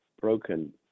broken